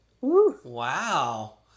Wow